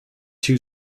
two